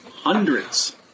Hundreds